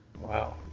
Wow